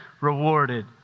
rewarded